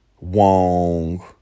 Wong